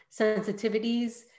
sensitivities